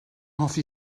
hoffi